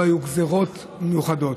לא היו גזרות מיוחדות.